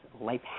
life